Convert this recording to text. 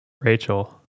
Rachel